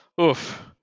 oof